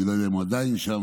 אני לא יודע אם הוא עדיין שם,